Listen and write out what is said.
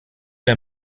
est